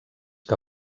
que